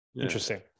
Interesting